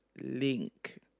link